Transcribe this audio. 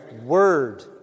Word